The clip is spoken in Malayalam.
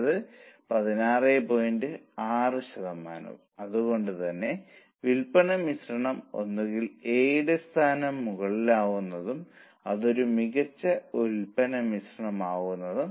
യഥാർത്ഥത്തിൽ പുതിയ BEP ഉയർന്നു ഇത് ഒരു നല്ല സൂചനയാണോ യഥാർത്ഥത്തിൽ അത്ര നല്ല ലക്ഷണമല്ല കാരണം കമ്പനി പുതിയ ഫിക്സഡ് കോസ്റ്റ് ചെയ്തു അതിനാലാണ് അവരുടെ BEP അൽപ്പം വർദ്ധിക്കുകയും യൂണിറ്റുകളുടെ കാര്യത്തിൽ BEP വർദ്ധിക്കുകയും ചെയ്തത്